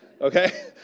Okay